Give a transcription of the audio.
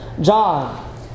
John